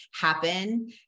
happen